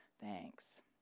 Thanks